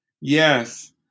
Yes